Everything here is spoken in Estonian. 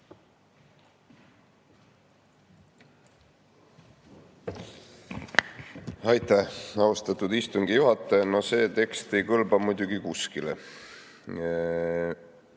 Aitäh, austatud istungi juhataja! No see tekst ei kõlba muidugi kuskile.